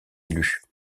élus